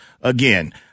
Again